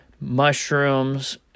mushrooms